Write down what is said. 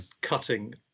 cutting